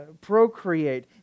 procreate